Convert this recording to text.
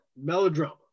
Melodrama